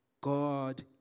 God